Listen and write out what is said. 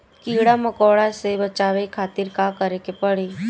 कीड़ा मकोड़ा से बचावे खातिर का करे के पड़ी?